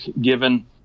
given